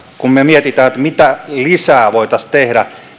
kun me mietimme mitä näitä aktiivitoimenpiteitä voitaisiin tehdä